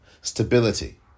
stability